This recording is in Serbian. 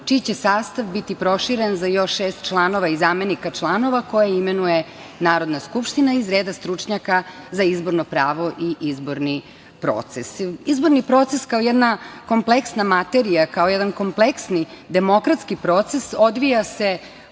čiji će sastav biti proširen za još šest članova i zamenika članova koje imenuje Narodna skupština iz reda stručnjaka za izborno pravo i izborni proces. Izborni proces kao jedna kompleksna materija, kao jedan kompleksni demokratski proces odvija se